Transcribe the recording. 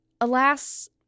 Alas